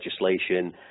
legislation